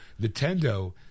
Nintendo